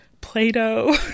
Play-Doh